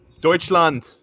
deutschland